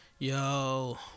Yo